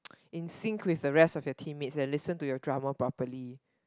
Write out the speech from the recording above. in sync with the rest of your teammate and listen to your drummer properly